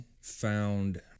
found